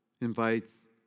invites